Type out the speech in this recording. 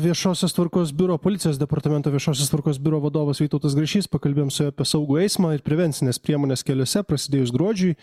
viešosios tvarkos biuro policijos departamento viešosios tvarkos biuro vadovas vytautas grašys pakalbėjom su juo apie saugų eismą ir prevencines priemones keliuose prasidėjus gruodžiui